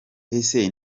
ese